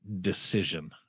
decision